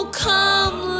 come